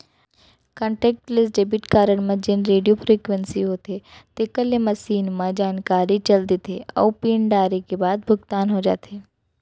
contactless debit card म जेन radio frequency होथे तेकर ले मसीन म जानकारी चल देथे अउ पिन डारे के बाद भुगतान हो जाथे